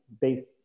based